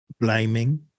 blaming